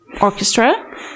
orchestra